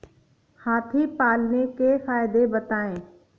हाथी पालने के फायदे बताए?